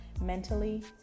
mentally